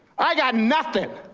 i got nothing.